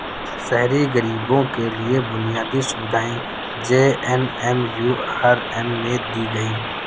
शहरी गरीबों के लिए बुनियादी सुविधाएं जे.एन.एम.यू.आर.एम में दी गई